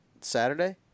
Saturday